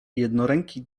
jednoręki